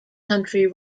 country